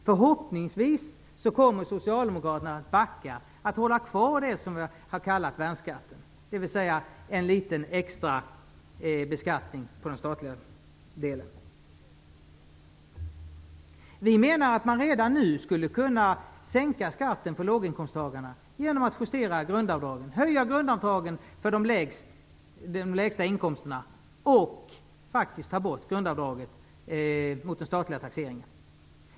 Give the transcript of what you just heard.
Förhoppningsvis kommer Socialdemokraterna att backa och hålla kvar det som har kallats värnskatt, dvs. en liten extra beskattning i den statliga skatten. Vi menar att man redan nu skulle kunna sänka skatten för låginkomsttagarna genom att justera grundavdragen. Vi skulle kunna höja grundavdragen för de lägsta inkomsterna och faktiskt ta bort grundavdraget för den statliga taxeringen.